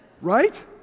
right